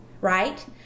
right